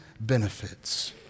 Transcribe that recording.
benefits